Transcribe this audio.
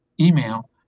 email